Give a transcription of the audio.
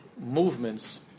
movements